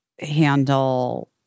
handle